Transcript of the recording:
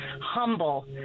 humble